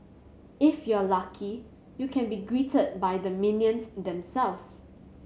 if you're lucky you can be greeted by the minions themselves